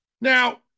now